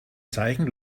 zeichen